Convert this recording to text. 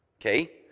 okay